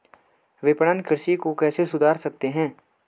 विपणन कृषि को कैसे सुधार सकते हैं?